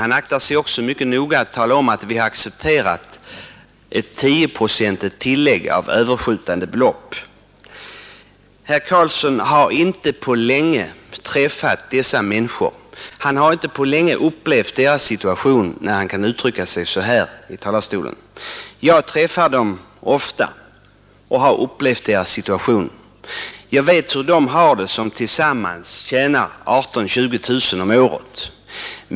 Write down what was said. Han aktar sig också mycket noga för att tala om att vi accepterat ett tioprocentigt tillägg av överskjutande belopp. Herr Karlsson kan inte på länge ha träffat dessa människor och upplevt deras situation när han kan uttrycka sig på det sättet. Jag träffar dem ofta och har upplevt deras situation. Jag vet hur de människor har det där familjen tillsammans tjänar 18 000 4 20 000 kronor om året.